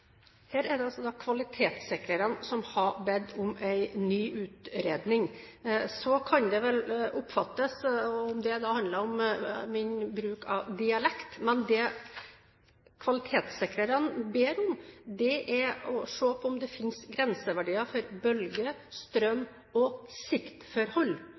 Her er det altså kvalitetssikrerne som har bedt om en ny utredning. Det kvalitetssikrerne ber om, er å se på om det finnes grenseverdier for bølge-, strøm- og siktforhold. Sikt handler om det man ser når man skal gå inn i den tunnelen. Så kan det